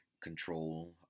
control